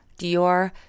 Dior